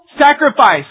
sacrifice